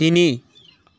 তিনি